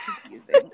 confusing